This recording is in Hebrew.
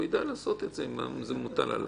הוא ידע לעשות את זה אם זה יוטל עליו.